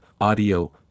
audio